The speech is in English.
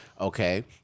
Okay